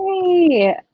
Hey